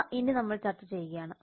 ഇവ ഇനി നമ്മൾ ചർച്ച ചെയ്യുകയാണ്